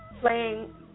playing